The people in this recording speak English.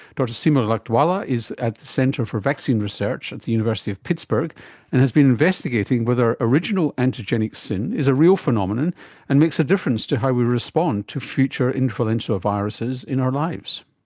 dr seema lakdawala is at the centre for vaccine research at the university of pittsburgh and has been investigating whether original antigenic sin is a real phenomenon and makes a difference to how we respond to future influenza viruses in our lives.